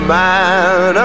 man